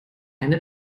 eine